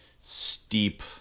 steep